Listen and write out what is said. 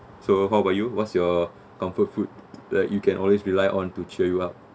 so how about you what's your comfort food like you can always rely on to cheer you up